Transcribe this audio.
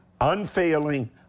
Unfailing